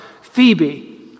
Phoebe